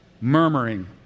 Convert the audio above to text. murmuring